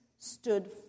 stood